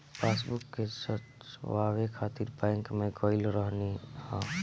passbook के जचवाए खातिर बैंक में गईल रहनी हअ